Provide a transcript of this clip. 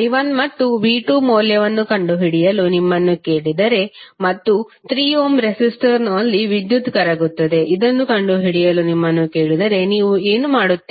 i2 ಮತ್ತು v2 ಮೌಲ್ಯವನ್ನು ಕಂಡುಹಿಡಿಯಲು ನಿಮ್ಮನ್ನು ಕೇಳಿದರೆ ಮತ್ತು 3 ಓಮ್ ರೆಸಿಸ್ಟರ್ನಲ್ಲಿ ವಿದ್ಯುತ್ ಕರಗುತ್ತದೆಇದನ್ನು ಕಂಡುಹಿಡಿಯಲು ನಿಮ್ಮನ್ನು ಕೇಳಿದರೆ ನೀವು ಏನು ಮಾಡುತ್ತೀರಿ